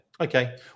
Okay